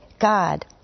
God